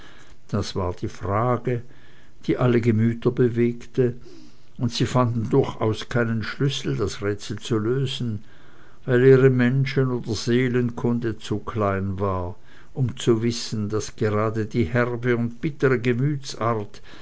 das war die frage die alle gemüter bewegte und sie fanden durchaus keinen schlüssel das rätsel zu lösen weil ihre menschen oder seelenkunde zu klein war um zu wissen daß gerade die herbe und bittere